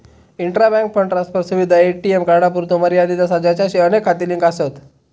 intra bank fund transfer सुविधा ATM कार्डांपुरतो मर्यादित असा ज्याचाशी अनेक खाती लिंक आसत